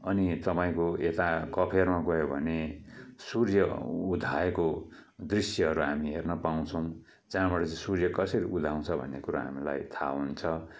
अनि तपाईँको यता कफेरमा गयो भने सूर्य उधाएको दृश्यहरू हामी हेर्न पाउँछौँ जहाँबाट चाहिँ सूर्य कसरी उदाउँछ भन्ने कुरा हामीलाई थाहा हुन्छ